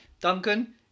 Duncan